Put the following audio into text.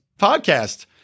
podcast